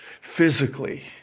physically